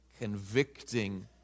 convicting